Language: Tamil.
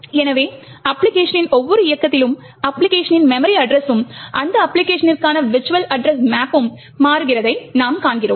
எனவே அப்பிளிகேஷனின் ஒவ்வொரு இயக்கத்திலும் அப்பிளிகேஷனின் மெமரி அட்ரஸும் அந்த அப்பிளிகேஷனிற்கான விர்ச்சுவல் அட்ரஸ் மேப்பும் மாறுகிறதை நாம் காண்கிறோம்